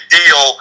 deal